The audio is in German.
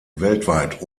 weltweit